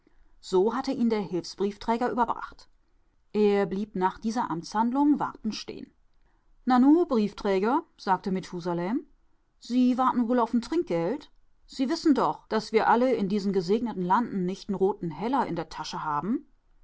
so hatte ihn der hilfsbriefträger überbracht er blieb nach dieser amtshandlung wartend stehen nanu briefträger sagte methusalem sie warten wohl auf n trinkgeld sie wissen doch daß wir alle in diesen gesegneten landen nicht n roten heller in der tasche haben